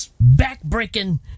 back-breaking